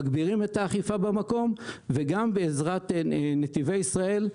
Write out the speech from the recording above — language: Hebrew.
מגבירים את האכיפה במקום בעזרת נתיבי ישראל,